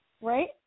Right